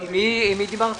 עם מי דיברת?